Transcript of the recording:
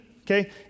okay